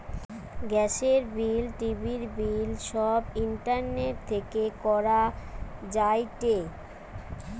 গ্যাসের বিল, টিভির বিল সব ইন্টারনেট থেকে করা যায়টে